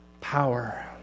power